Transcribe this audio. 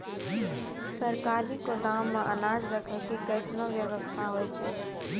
सरकारी गोदाम मे अनाज राखै के कैसनौ वयवस्था होय छै?